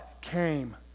came